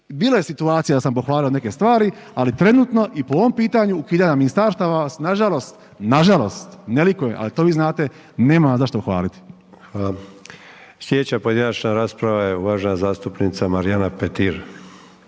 Bilo je situacija da sam pohvalio neke stvari, ali trenutno i po ovom pitanju ukidanja ministarstava vas nažalost, nažalost, ne likuje, ali to vi znate, nemam vas zašto hvaliti. **Sanader, Ante (HDZ)** Hvala. Slijedeća pojedinačna rasprava je uvažena zastupnica Marijana Petir.